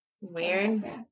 Weird